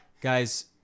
guys